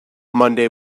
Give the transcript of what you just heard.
monday